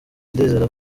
ndizera